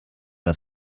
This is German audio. was